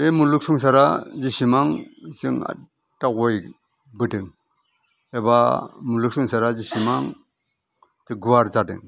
बे मुलुग संसारा जेसेबां जों दावबायबोदों एबा मुलुग संसारा जेसेबां दि गुवार जादों